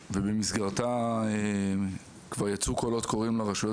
במסגרתה כבר יצאו קולות קוראים לרשויות